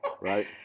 Right